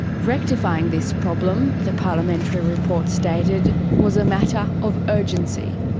rectifying this problem, the parliamentary report stated, was a matter of urgency.